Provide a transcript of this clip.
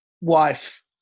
wife